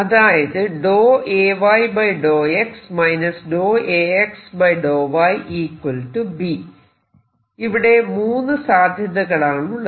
അതായത് ഇവിടെ 3 സാദ്ധ്യതകളാണുള്ളത്